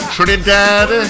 Trinidad